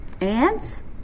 Ants